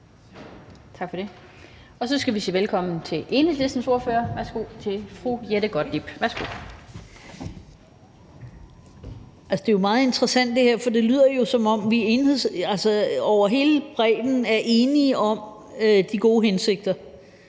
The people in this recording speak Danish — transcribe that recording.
her er meget interessant, for det lyder jo, som om vi helt bredt er enige om de gode hensigter.